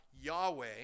Yahweh